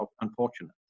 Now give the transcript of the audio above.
unfortunate